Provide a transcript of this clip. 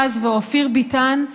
פז ואופיר ביטן,